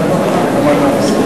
אורון, בבקשה.